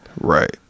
Right